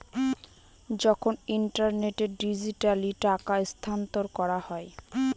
যখন ইন্টারনেটে ডিজিটালি টাকা স্থানান্তর করা হয়